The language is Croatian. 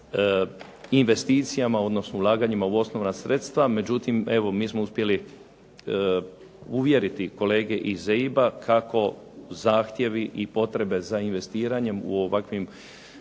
uvjeriti kolege iz EIB-a kako zahtjevi i potrebe za investiranjem u ovakvim uvjetima